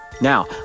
Now